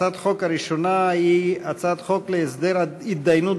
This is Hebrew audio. הצעת החוק הראשונה היא הצעת חוק להסדר התדיינויות